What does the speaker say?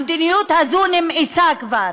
המדיניות הזו נמאסה כבר.